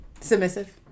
Submissive